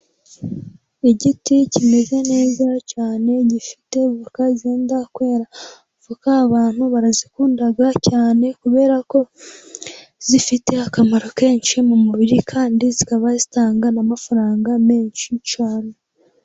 Igiti kimeze neza cyane gifite voka zenda kwera, kuko abantu barazikunda cyane kubera ko zifite akamaro kenshi mu mubiri kandi zikaba zitanga n'amafaranga mensh.